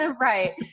Right